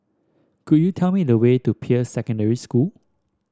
could you tell me the way to Peirce Secondary School